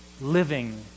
Living